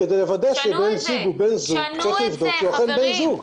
כדי לוודא שבן זוג הוא בן זוג צריך לבדוק שהוא אכן בן זוג.